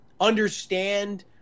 understand